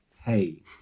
Hey